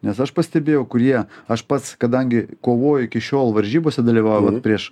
nes aš pastebėjau kurie aš pats kadangi kovoju iki šiol varžybose dalyvauju prieš